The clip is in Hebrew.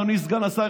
אדוני סגן השר,